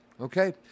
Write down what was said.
Okay